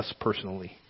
personally